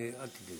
אל תדאגי.